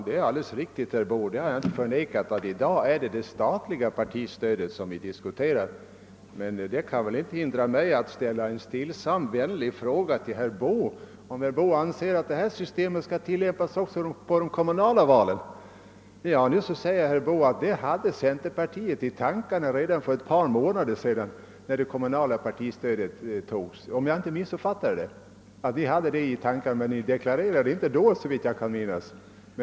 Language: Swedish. Herr talman! Jag förnekar inte att det i dag är det statliga partistödet vi diskuterar. Men det bör väl inte hindra mig från att ställa en stillsam och vänlig fråga till herr Boo, huruvida han anser att det av centerpartiet föreslagna systemet bör tillämpas också för de kommunala valen. Nu säger herr Boo att centerpartiet hade det i tankarna redan när beslutet om det kommunala partistödet fattades. Men det deklarerade ni inte då, såvitt jag kan minnas.